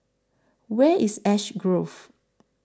Where IS Ash Grove